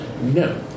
no